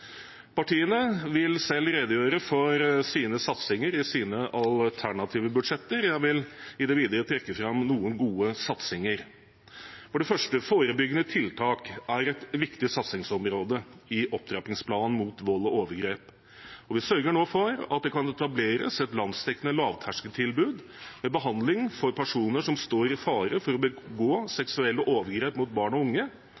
Partiene vil selv redegjøre for sine satsinger i sine alternative budsjetter. Jeg vil i det videre trekke fram noen gode satsinger. For det første: Forebyggende tiltak er et viktig satsingsområde i opptrappingsplanen mot vold og overgrep. Vi sørger nå for at det kan etableres et landsdekkende lavterskeltilbud med behandling for personer som står i fare for å begå seksuelle overgrep mot barn og unge,